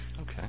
Okay